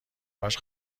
هاش